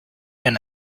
and